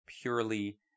purely